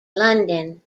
london